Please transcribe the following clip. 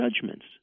judgments